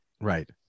Right